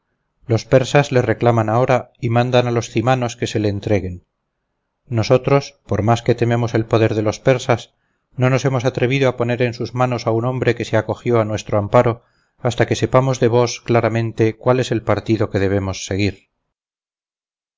los persas le reclaman ahora y mandan a los cymanos que se le entreguen nosotros por más que temernos el poder de los persas no nos hemos atrevido a poner en sus manos a un hombre que se acogió a nuestro amparo hasta que sepamos de vos claramente cuál es el partido que debemos seguir